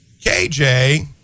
KJ